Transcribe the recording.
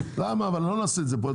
לא נעשה את זה פה היום,